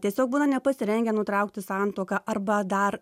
tiesiog būna nepasirengę nutraukti santuoką arba dar